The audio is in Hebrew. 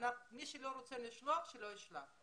אמר שמי שלא רוצה לשלוח את ילדיו, שלא ישלח.